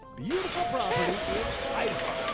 beautiful property in idaho.